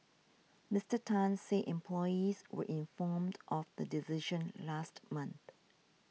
Mister Tan said employees were informed of the decision last month